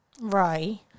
Right